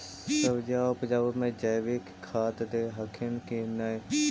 सब्जिया उपजाबे मे जैवीक खाद दे हखिन की नैय?